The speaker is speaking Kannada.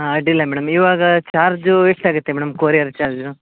ಅಡ್ಡಿಯಿಲ್ಲ ಮೇಡಮ್ ಇವಾಗ ಚಾರ್ಜು ಎಷ್ಟಾಗುತ್ತೆ ಮೇಡಮ್ ಕೊರಿಯರ್ ಚಾರ್ಜು